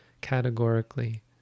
Categorically